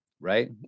right